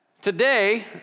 Today